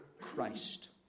Christ